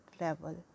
level